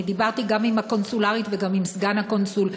אני דיברתי גם עם המחלקה הקונסולרית וגם עם סגן הקונסול,